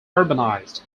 urbanized